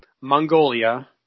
Mongolia